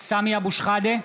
סמי אבו שחאדה,